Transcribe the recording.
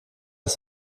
das